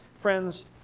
Friends